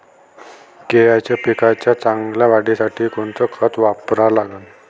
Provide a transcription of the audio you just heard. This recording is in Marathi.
केळाच्या पिकाच्या चांगल्या वाढीसाठी कोनचं खत वापरा लागन?